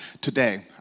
Today